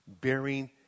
bearing